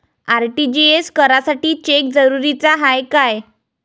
RTGS करासाठी cheque जरुरीचा हाय काय?